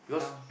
town